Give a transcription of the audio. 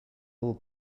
all